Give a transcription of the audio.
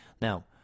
Now